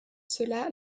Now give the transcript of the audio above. cela